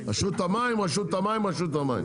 רשות המים, רשות המים, רשות המים.